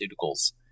Pharmaceuticals